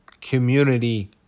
community